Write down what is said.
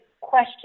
question